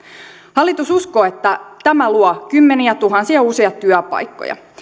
hallitus uskoo että tämä luo kymmeniä tuhansia uusia työpaikkoja